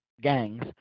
gangs